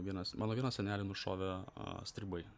vienas mano vieną senelį nušovė stribai